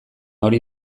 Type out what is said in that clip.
hori